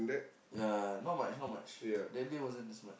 ya not much not much that day wasn't this much